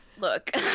look